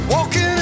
Walking